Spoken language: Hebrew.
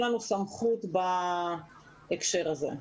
מבחינת תקצוב אין לנו סמכות בהקשר הזה.